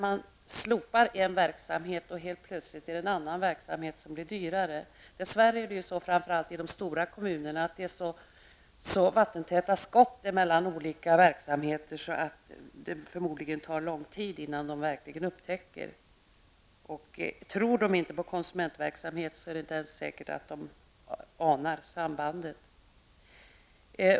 Man slopar en verksamhet och helt plötsligt blir en annan verksamhet dyrare. Dess värre är det, framför allt i de stora kommunerna, vattentäta skott mellan olika verksamheter, därför tar det förmodligen lång tid innan de verkligen upptäcker förändringen. Tror de inte på konsumentverksamhet är det inte ens säkert att de anar sambandet.